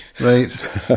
Right